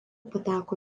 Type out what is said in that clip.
pateko